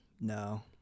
No